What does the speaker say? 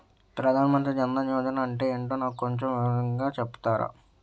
ప్రధాన్ మంత్రి జన్ దన్ యోజన అంటే ఏంటో నాకు కొంచెం వివరంగా చెపుతారా?